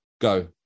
Go